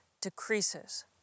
decreases